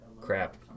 Crap